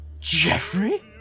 Jeffrey